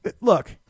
look